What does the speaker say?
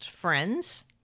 friends